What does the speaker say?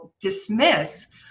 dismiss